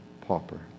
pauper